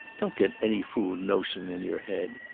don't get any fool notion in your head.